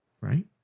Right